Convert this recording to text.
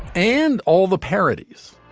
and all the parodies.